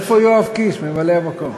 איפה יואב קיש, ממלא-המקום?